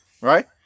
right